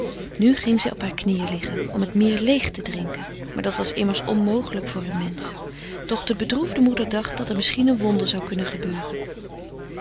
nu ging zij op haar knieën liggen om het meer leeg te drinken maar dat was immers onmogelijk voor een mensch doch de bedroefde moeder dacht dat er misschien een wonder zou kunnen gebeuren